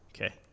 Okay